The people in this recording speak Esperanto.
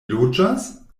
loĝas